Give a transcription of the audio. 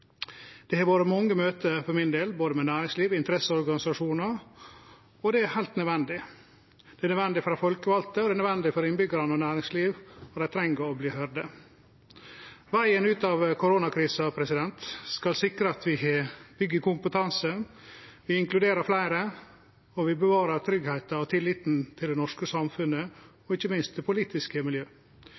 Det har vore mange møte for min del med både næringsliv og interesseorganisasjonar, og det er heilt nødvendig. Det er nødvendig for dei folkevalde, det er nødvendig for innbyggjarane og næringsliv. Dei treng å verte høyrde. Vegen ut av koronakrisa skal sikre at vi byggjer kompetanse, at vi inkluderer fleire og bevarer tryggheita og tilliten til det norske samfunnet og ikkje minst det politiske